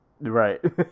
right